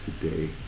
today